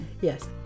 Yes